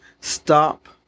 Stop